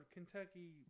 Kentucky